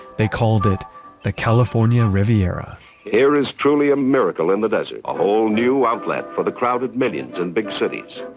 they called it the california riviera there is truly a miracle in the desert, a whole new outlet for the crowded millions in big cities.